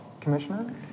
Commissioner